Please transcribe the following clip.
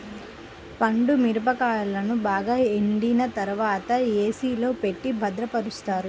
పండు మిరపకాయలను బాగా ఎండిన తర్వాత ఏ.సీ లో పెట్టి భద్రపరుస్తారు